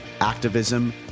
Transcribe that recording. activism